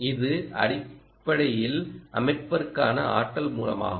இது அடிப்படையில் அமைப்பிற்கான ஆற்றல் மூலமாகும்